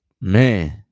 Man